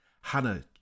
Hannah